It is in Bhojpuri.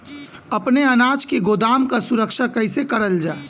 अपने अनाज के गोदाम क सुरक्षा कइसे करल जा?